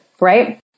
right